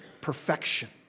perfection